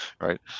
right